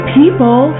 people